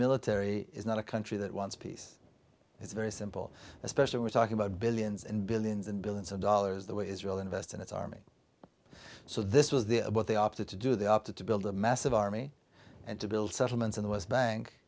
military is not a country that wants peace it's very simple especially we're talking about billions and billions and billions of dollars the way israel invested its army so this was the what they opted to do they opted to build a massive army and to build settlements in the west bank